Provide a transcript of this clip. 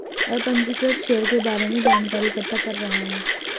मैं पंजीकृत शेयर के बारे में जानकारी इकट्ठा कर रहा हूँ